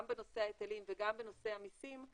גם בנושא ההיטלים וגם בנושא המיסים,